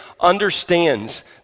understands